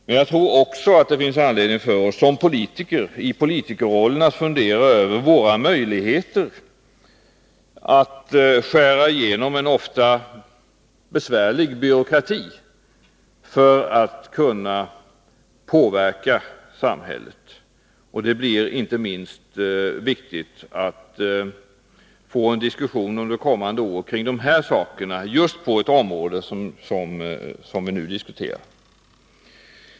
Men jag tror också att det finns anledning för oss politiker att i politikerrollen fundera över våra möjligheter att ”skära igenom” en ofta besvärlig byråkrati för att kunna påverka samhället. Det blir inte minst viktigt att under kommande år få en diskussion kring de här sakerna.